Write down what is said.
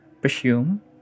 presume